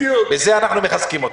בזה אנחנו מחזקים אתכם.